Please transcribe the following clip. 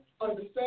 understand